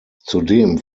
zudem